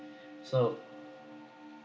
so